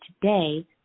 today